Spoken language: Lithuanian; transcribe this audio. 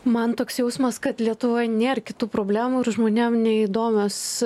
man toks jausmas kad lietuvoj nėr kitų problemų ir žmonėm neįdomios